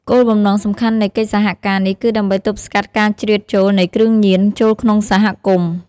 គោលបំណងសំខាន់នៃកិច្ចសហការនេះគឺដើម្បីទប់ស្កាត់ការជ្រៀតចូលនៃគ្រឿងញៀន ចូលក្នុងសហគមន៍។